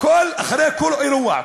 אחרי כל אירוע,